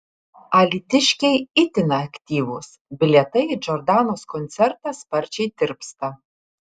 alytiškiai itin aktyvūs bilietai į džordanos koncertą sparčiai tirpsta